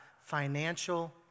financial